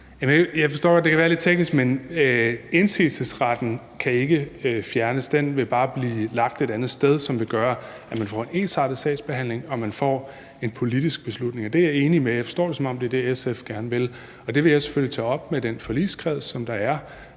forstår godt, at det kan være lidt teknisk, men indsigelsesretten kan ikke fjernes, for den vil bare blive lagt et andet sted, som vil gøre, at man får en ensartet sagsbehandling, og så man får en politisk beslutning. Det er jeg enig i, og jeg forstår det sådan, at det er det, SF gerne vil. Det vil jeg selvfølgelig tage op med den forligskreds, som der er,